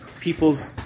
people's